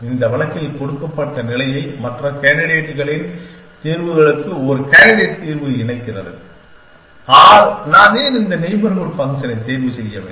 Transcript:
இந்த வழக்கில் கொடுக்கப்பட்ட நிலையை மற்ற கேண்டிடேட் களின் தீர்வுகளுக்கு ஒரு கேண்டிடேட் தீர்வு இணைக்கிறது ஆனால் நான் ஏன் இந்த நெய்பர்ஹூட் ஃபங்க்ஷனை தேர்வு செய்ய வேண்டும்